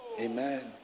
Amen